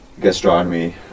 gastronomy